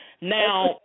Now